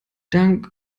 dank